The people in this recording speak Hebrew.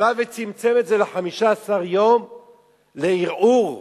שבא וצמצם את זה ל-15 יום לערעור לקטין,